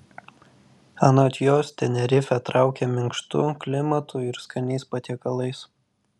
anot jos tenerifė traukia minkštu klimatu ir skaniais patiekalais